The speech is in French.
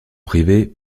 privés